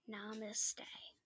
Namaste